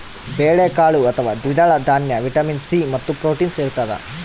ಬೇಳೆಕಾಳು ಅಥವಾ ದ್ವಿದಳ ದಾನ್ಯ ವಿಟಮಿನ್ ಸಿ ಮತ್ತು ಪ್ರೋಟೀನ್ಸ್ ಇರತಾದ